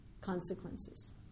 consequences